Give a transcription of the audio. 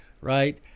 right